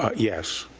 ah yes.